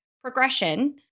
progression